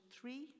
three